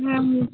হুম হুম